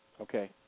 Okay